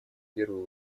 первую